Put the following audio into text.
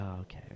okay